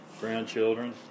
grandchildren